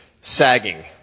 sagging